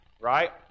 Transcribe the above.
right